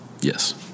Yes